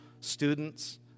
students